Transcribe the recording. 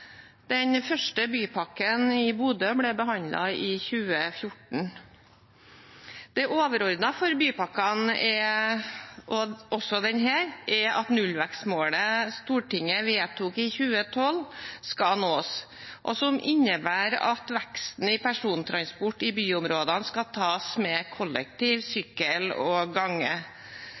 Den første bypakken i Bodø ble behandlet i 2014. Det overordnede for bypakkene, også denne, er at nullvekstmålet Stortinget vedtok i 2012, skal nås. Det innebærer at veksten i persontransport i byområdene skal tas med kollektivtrafikk, sykkel og gange.